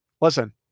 Listen